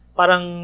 parang